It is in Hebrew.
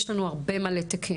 יש לנו הרבה מה לתקן.